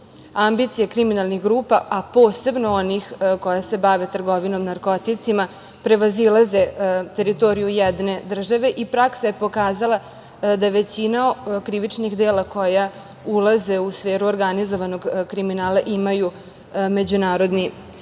robom. Ambicije kriminalnih grupa, a posebno onih koje se bave trgovinom narkoticima prevazilaze teritoriju jedne države i praksa je pokazala da većina krivičnih dela koja ulaze u sferu organizovanog kriminala imaju međunarodni